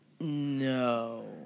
No